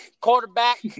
quarterback